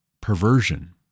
perversion